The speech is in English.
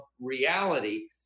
reality